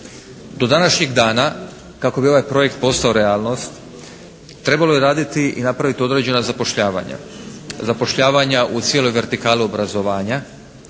Do današnjeg dana kako bi ovaj projekt postao realnost trebalo je raditi i napraviti određena zapošljavanja. Zapošljavanja u cijeloj vertikali obrazovanja